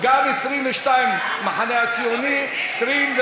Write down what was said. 22, המחנה הציוני, 23,